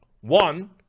One